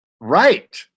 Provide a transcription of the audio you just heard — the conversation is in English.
Right